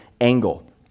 angle